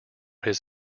his